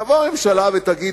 תבוא הממשלה ותגיד,